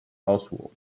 oswald